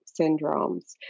syndromes